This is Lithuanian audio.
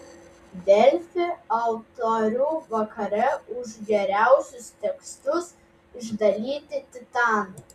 delfi autorių vakare už geriausius tekstus išdalyti titanai